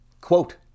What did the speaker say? Quote